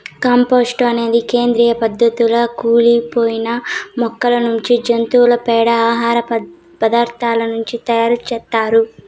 compost అనేది సేంద్రీయ పదార్థాల కుళ్ళి పోయిన మొక్కల నుంచి, జంతువుల పేడ, ఆహార పదార్థాల నుంచి తయారు చేత్తారు